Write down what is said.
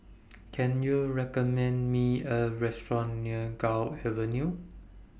Can YOU recommend Me A Restaurant near Gul Avenue